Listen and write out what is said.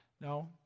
No